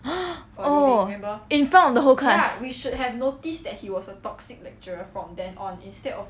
oh in front of the whole class